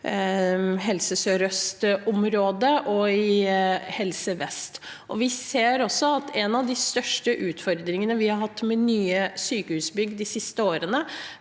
Helse sør-øst og i Helse vest. Vi ser at en av de største utfordringene vi har hatt med nye sykehusbygg de siste årene,